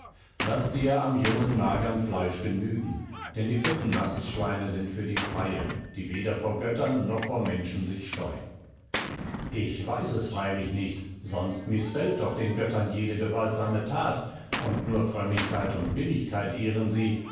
laß dir am jungen magern fleisch genügen denn die fetten mastschweine sind für die freier die weder vor göttern noch vor menschen sich scheuen ich weiß es freilich nicht sonst mißfällt doch den göttern jede gewaltsame that und nur frömmigkeit und billigkeit ehren sie